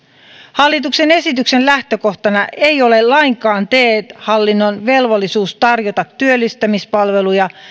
hallituksen esityksen lähtökohtana ei ole lainkaan te hallinnon velvollisuus tarjota työllistämispalveluja